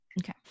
Okay